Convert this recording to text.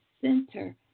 center